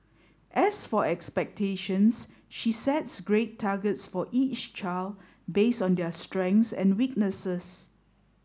as for expectations she sets grade targets for each child based on their strengths and weaknesses